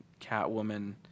Catwoman